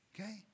Okay